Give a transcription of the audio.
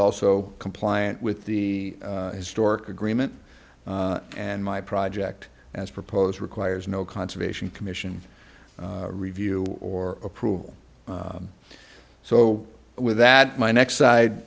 also compliant with the historic agreement and my project as proposed requires no conservation commission review or approval so with that my next side